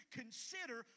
consider